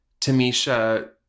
Tamisha